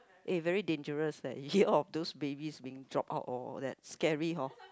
eh very dangerous eh hear of those babies being drop out and all that scary hor